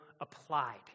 applied